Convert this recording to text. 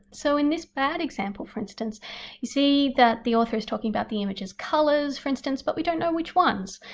so in this bad example for instance you see that the author is talking about the image's colors, for instance but we don't know which ones,